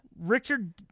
Richard